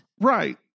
Right